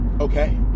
Okay